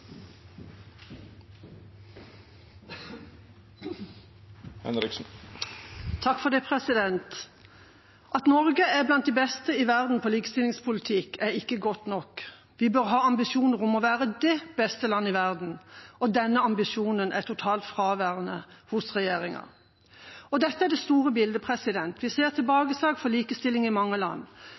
At Norge er blant de beste når det gjelder likestillingspolitikk, er ikke godt nok. Vi bør ha ambisjoner om å være det beste landet i verden, og den ambisjonen er totalt fraværende hos regjeringa. Dette er det store bildet: Vi ser tilbakeslag for likestillingen i mange land.